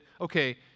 okay